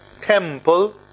temple